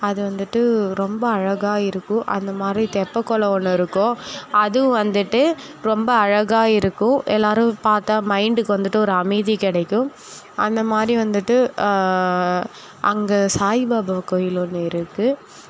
அது வந்துட்டு ரொம்ப அழகாக இருக்கும் அந்த மாதிரி தெப்பக்குளம் ஒன்று இருக்கும் அது வந்துட்டு ரொம்ப அழகாக இருக்கும் எல்லாேரும் பார்த்தா மைண்டுக்கு வந்துட்டு ஒரு அமைதி கிடைக்கும் அந்த மாதிரி வந்துட்டு அங்கே சாய் பாபா கோயில் ஒன்று இருக்குது